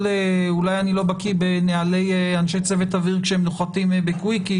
אולי אני לא בקי בנוהלי אנשי צוות אוויר כשהם נוחתים בקוויקי,